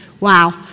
Wow